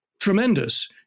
tremendous